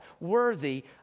worthy